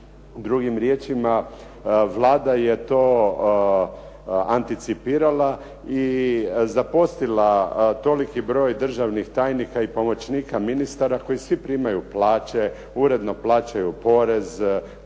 Drugim riječima, Vlada je to anticipirala i zaposlila toliki broj državnih tajnika i pomoćnika ministara koji svi primaju plaće, uredno plaćaju porez,